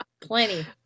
plenty